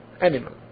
animal